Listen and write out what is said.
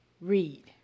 Read